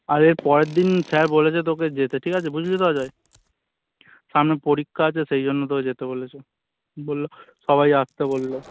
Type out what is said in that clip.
আর এর পরের দিন স্যার বলেছে তোকে যেতে ঠিক আছে বুঝলি তো অজয় সামনে পরীক্ষা আছে সেই জন্য তোকে যেতে বলেছে বললো সবাই আসতে বললো